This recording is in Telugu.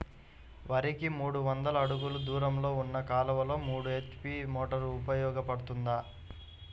వరికి మూడు వందల అడుగులు దూరంలో ఉన్న కాలువలో మూడు హెచ్.పీ మోటార్ ఉపయోగపడుతుందా?